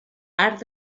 arc